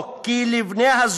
או כי לבני-הזוג